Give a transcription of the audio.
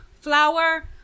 flour